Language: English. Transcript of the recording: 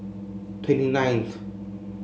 twenty nineth